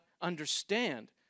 understand